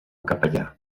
capellà